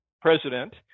president